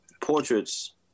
portraits